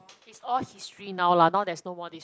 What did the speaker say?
is all history now lah now there's no more this